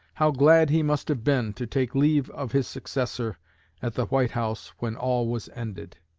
how glad he must have been to take leave of his successor at the white house when all was ended!